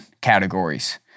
categories